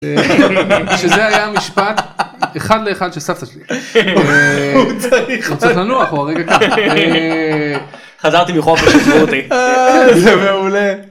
זה היה משפט אחד לאחד של סבתא שלי. הוא צריך לנוח הוא הרגע קם. חזרתי מחופש עזבו אותי. אה זה מעולה